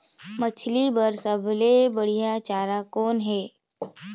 मछरी बर सबले बढ़िया चारा कौन हे?